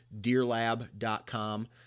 DeerLab.com